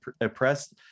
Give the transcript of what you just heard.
oppressed